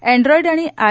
Android आणि I